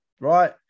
right